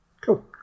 Cool